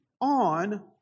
on